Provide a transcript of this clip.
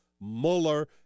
Mueller